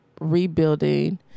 rebuilding